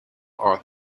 are